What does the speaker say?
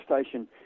station